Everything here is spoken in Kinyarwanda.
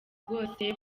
bwose